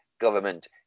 government